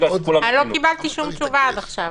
בגלל שכולם --- אני לא קיבלתי שום תשובה עד עכשיו.